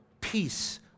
peace